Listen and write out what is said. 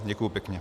Děkuji pěkně.